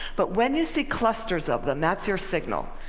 but when you see clusters of them, that's your signal.